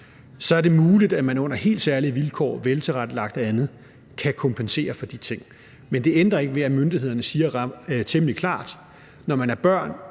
Så er det muligt, at man under helt særlige vilkår, altså når det er veltilrettelagt, kan kompensere for de ting. Men det ændrer ikke ved, at myndighederne siger temmelig klart, at når man er barn,